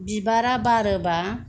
बिबारा बारोबा